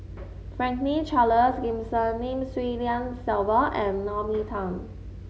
Franklin Charles Gimson Lim Swee Lian Sylvia and Naomi Tan